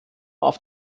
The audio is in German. auf